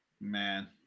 Man